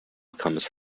comest